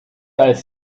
als